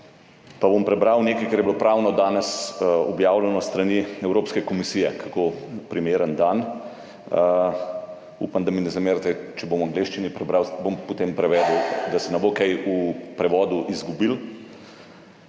Pa bom prebral nekaj, kar je bilo ravno danes objavljeno s strani Evropske komisije, kako primeren dan. Upam, da mi ne zamerite, če bom v angleščini prebral, bom potem prevedel, da se ne bo kaj v prevodu izgubilo.